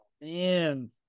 man